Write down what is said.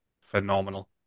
phenomenal